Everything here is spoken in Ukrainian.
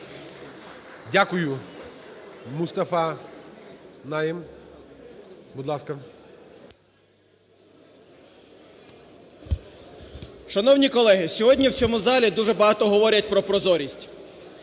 Дякую. Мустафа Найєм. Будь ласка.